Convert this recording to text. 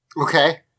Okay